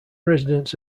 residents